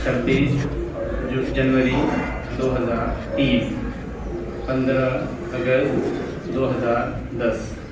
چھبیس جو جنوری دو ہزار تین پندرہ اگست دو ہزار دس